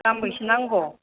गांबेसे नांगौ